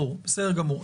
בסדר גמור.